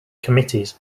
committees